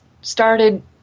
started